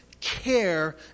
care